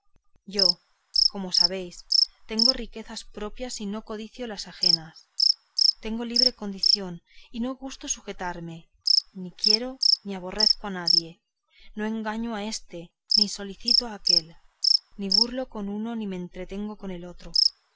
yo como sabéis tengo riquezas propias y no codicio las ajenas tengo libre condición y no gusto de sujetarme ni quiero ni aborrezco a nadie no engaño a éste ni solicito aquél ni burlo con uno ni me entretengo con el otro